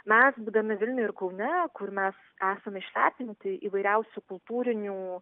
mes būdami vilniuj ir kaune kur mes esame išlepinti įvairiausių kultūrinių